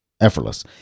effortless